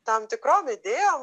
tam tikrom idėjom